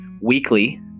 weekly